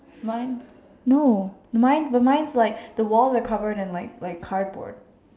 mine no mine the mine's but mine's like the walls are covered in like like cardboard